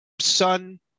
son